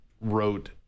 wrote